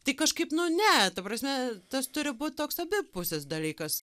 tai kažkaip nu ne ta prasme tas turi būti toks abi pusės dalykas